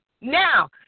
Now